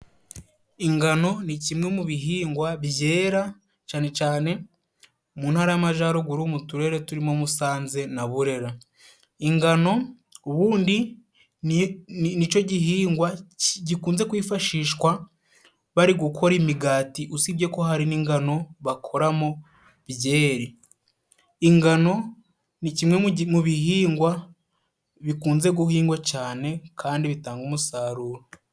Ingano ni kimwe mu bihingwa byera cane cane mu ntara y'amajyaruguru mu turere turimo musanze na burera ingano ubundi nicyo gihingwa gikunze kwifashishwa bari gukora imigati usibye ko hari n'ingano bakoramo byeri ingano ni kimwe mu bihingwa bikunze guhingwa cyane kandi bitanga umusaruro.